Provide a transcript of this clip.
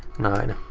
nine.